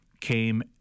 came